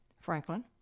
Franklin